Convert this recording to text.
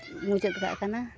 ᱢᱩᱪᱟᱹᱫ ᱠᱟᱜ ᱠᱟᱱᱟ